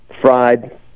Fried